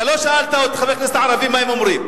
לא שאלת את חברי הכנסת הערבים מה הם אומרים.